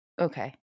Okay